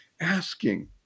Asking